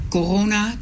Corona